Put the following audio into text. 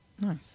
Nice